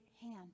hand